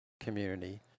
community